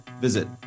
visit